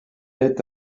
est